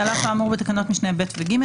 על אף האמור בתקנות משנה (ב) ו- (ג),